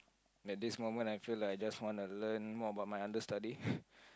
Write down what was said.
at this moment I feel like I just want to learn more about my understudy